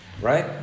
Right